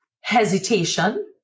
hesitation